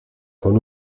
con